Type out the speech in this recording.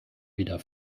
wieder